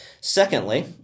Secondly